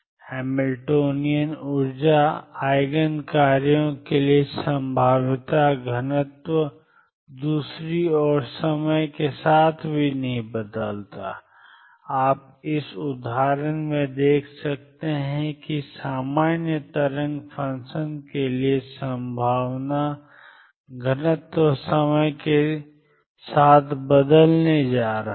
Hamilton Hamiltonian ऊर्जा के eigen कार्यों के लिए संभाव्यता घनत्व दूसरी ओर समय के साथ नहीं बदलता है आप इस उदाहरण से देख सकते हैं कि सामान्य तरंग फ़ंक्शन के लिए संभावना घनत्व समय के साथ बदलने जा रहा है